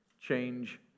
change